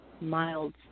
mild